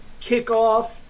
kickoff